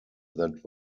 that